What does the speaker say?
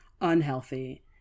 unhealthy